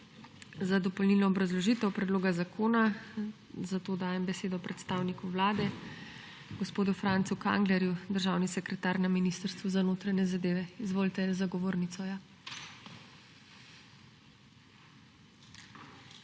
Za dopolnilno obrazložitev predloga zakona dajem besedo predstavniku Vlade gospodu Francu Kanglerju. Državni sekretar Ministrstva za notranje zadeve, izvolite za govornico.